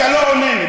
אתה לא עונה לי.